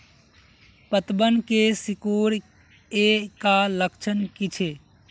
पतबन के सिकुड़ ऐ का लक्षण कीछै?